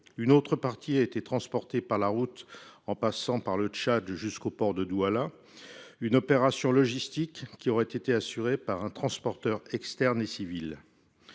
Une autre partie a été transportée par la route, en passant par le Tchad jusqu’au port de Douala. Cette opération logistique aurait été assurée par un transporteur externe et civil.